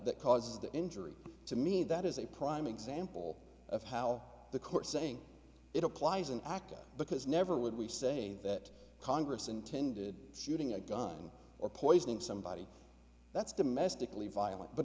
that caused the injury to me that is a prime example of how the court saying it applies an act because never would we say that congress intended shooting a gun or poisoning somebody that's domestically violent but